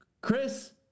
Chris